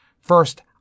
First